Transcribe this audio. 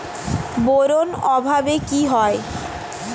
Boron অভাবে কি হয়?